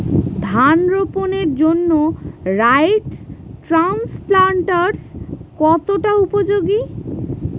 ধান রোপণের জন্য রাইস ট্রান্সপ্লান্টারস্ কতটা উপযোগী?